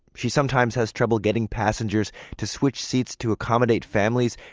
she sometimes has trouble getting passengers to switch seats to accommodate families,